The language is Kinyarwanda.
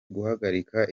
guhagarika